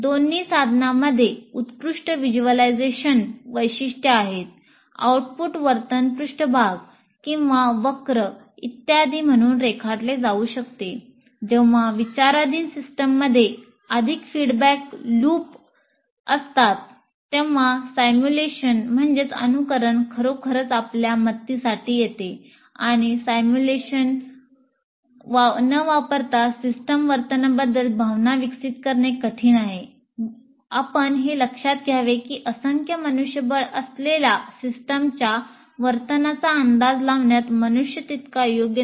दोन्ही साधनांमध्ये उत्कृष्ट व्हिज्युअलायझेशन वर्तनाचा अंदाज लावण्यात मनुष्य तितका योग्य नाही